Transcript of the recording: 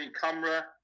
camera